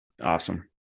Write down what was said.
Awesome